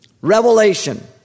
Revelation